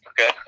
Okay